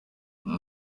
uwo